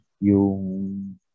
yung